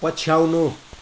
पछ्याउनु